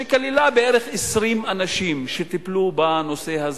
שכללה בערך 20 אנשים שטיפלו בנושא הזה.